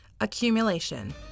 Accumulation